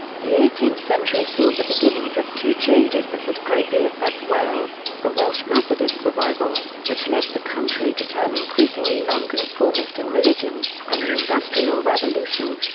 the eighteenth century saw the beginnings of two changes that would greatly affect wales, the welsh methodist revival, which led the country to turn increasingly nonconformist in religion, and the industrial revolution.